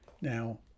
Now